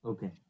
Okay